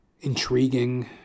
intriguing